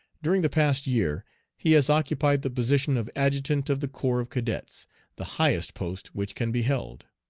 during the past year he has occupied the position of adjutant of the corps of cadets the highest post which can be held.